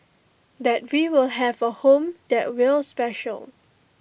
that we will have A home that will special